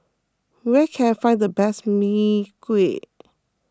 where can I find the best Mee Kuah